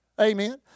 Amen